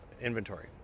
inventory